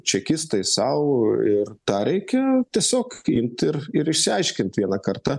čekistai sau ir tą reikia tiesiog imti ir ir išsiaiškint vieną kartą